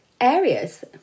areas